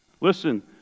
Listen